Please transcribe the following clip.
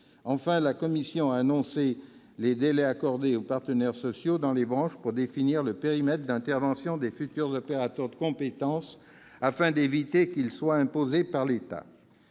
Enfin, la commission a allongé les délais accordés aux partenaires sociaux dans les branches pour définir le périmètre d'intervention des futurs opérateurs de compétences, afin d'éviter qu'il ne soit imposé par l'État.